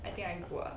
I think I work